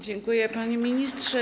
Dziękuję, panie ministrze.